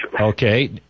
Okay